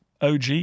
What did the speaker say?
OG